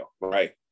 right